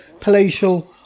palatial